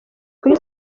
kuri